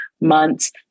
months